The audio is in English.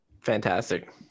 Fantastic